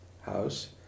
house